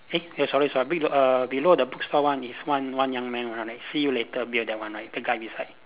eh sorry sorry below err below the bookstore one is one one young man right see you later beer that one right the guy beside